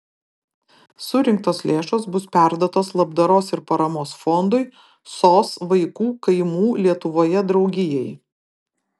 surinktos lėšos bus perduotos labdaros ir paramos fondui sos vaikų kaimų lietuvoje draugijai